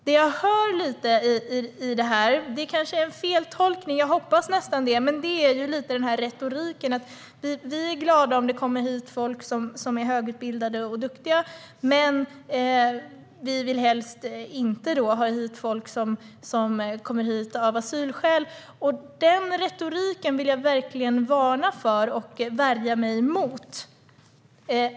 Det jag hör i det här - det kanske är en feltolkning, och jag hoppas nästan det - är en retorik som säger att vi är glada om det kommer hit människor som är högutbildade och duktiga men att vi helst inte vill ha hit folk som kommer av asylskäl. Den retoriken vill jag verkligen varna för och värja mig emot.